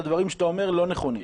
הדברים שאתה אומר לא נכונים.